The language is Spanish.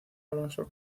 alonso